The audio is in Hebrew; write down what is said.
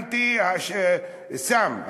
אנטי שׂם,